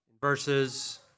verses